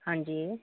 ਹਾਂਜੀ